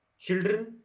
children